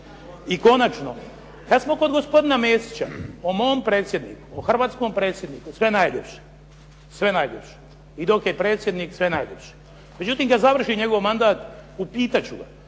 I konačno, kad smo kod gospodina Mesića, o mom predsjedniku, o hrvatskom predsjedniku sve najljepše, sve najljepše i dok je predsjednik sve najljepše, međutim kad završi njegov mandat, upitati ću ga